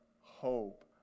hope